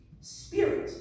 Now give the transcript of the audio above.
spirit